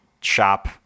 shop